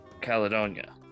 Caledonia